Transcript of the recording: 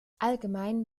allgemein